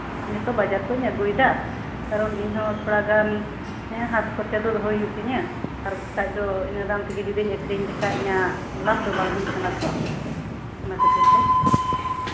ᱤᱧ ᱦᱚᱛᱚ ᱵᱟᱡᱟᱨ ᱠᱷᱚᱱᱤᱧ ᱟᱹᱜᱩᱭᱮᱫᱟ ᱤᱧ ᱦᱚᱸᱛᱚ ᱛᱷᱚᱲᱟ ᱜᱟᱱ ᱦᱟᱛ ᱠᱷᱚᱨᱪᱟ ᱫᱚ ᱫᱚᱦᱚᱭ ᱦᱩᱭᱩᱜ ᱛᱤᱧᱟ ᱟᱨ ᱵᱟᱝᱠᱷᱟᱱ ᱫᱚ ᱤᱱᱟᱹ ᱫᱟᱢ ᱛᱮᱜᱮᱧ ᱟᱠᱷᱨᱤᱧ ᱞᱮᱠᱷᱟᱱ ᱤᱧᱟᱹᱜ ᱞᱟᱵᱷ ᱫᱚ ᱵᱟᱝ ᱦᱩᱭᱩᱜ ᱠᱟᱱᱟ ᱛᱚ ᱚᱱᱟ ᱠᱷᱟᱹᱛᱤᱨ ᱛᱮ